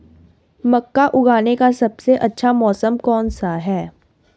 मक्का उगाने का सबसे अच्छा मौसम कौनसा है?